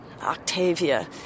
Octavia